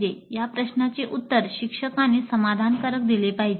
' या प्रश्नाचे उत्तर शिक्षकांनी समाधानकारक दिले पाहिजे